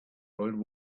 old